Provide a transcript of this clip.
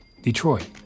Detroit